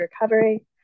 recovery